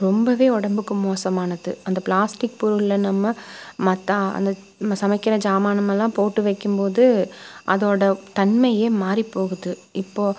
ரொம்ப உடம்புக்கு மோசமானது அந்த பிளாஸ்டிக் பொருளில் நம்ம மற்ற அந்த நம்ம சமைக்கிற சாமான்ன எல்லாம் போட்டு வைக்கும் போது அதோட தன்மை மாறி போகுது இப்போது